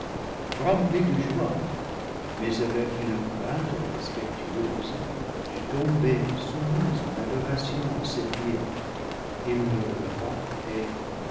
rempli de joie mais avec une crainte respectueuse je tombai soumis en adoration à ses pieds il me releva et